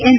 N